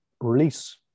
release